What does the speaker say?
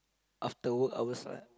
of the work hours lah